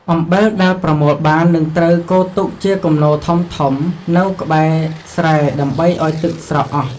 អំបិលដែលប្រមូលបាន នឹងត្រូវគរទុកជាគំនរធំៗនៅក្បែរស្រែដើម្បីឱ្យទឹកស្រក់អស់។